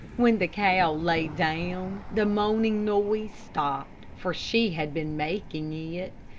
when the cow lay down, the moaning noise stopped, for she had been making it.